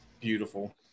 beautiful